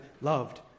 loved